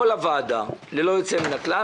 כל הוועדה ללא יוצא מן הכלל,